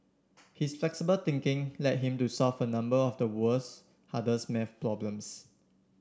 his flexible thinking led him to solve a number of the world's hardest math problems